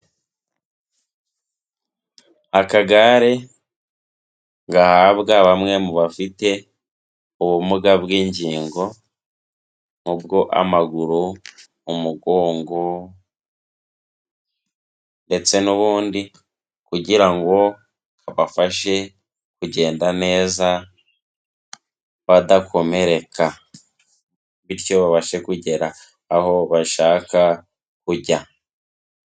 Akagare gahabwa bamwe mu bafite ubumuga bw'ingingo, nk'ubw'amaguru, umugongo, ndetse n'ubundi kugira ngo babafashe kugenda neza, badakomereka. Bityo babashe kugera aho bashaka kujya.